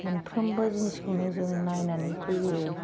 मोनफ्रोमबो जिनिसखौनो जों नायनानै फैयो